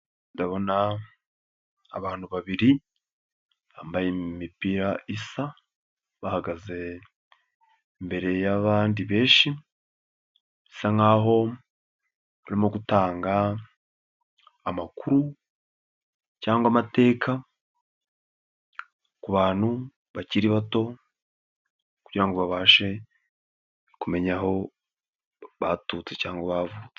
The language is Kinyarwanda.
Ndabona abantu babiri bambaye imipira isa bahagaze imbere y'abandi benshi bisa nk'aho barimo gutanga amakuru cyangwa amateka ku bantu bakiri bato kugira ngo babashe kumenya aho baturutse cyangwa bavutse.